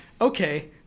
okay